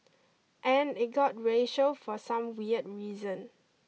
and it got racial for some weird reason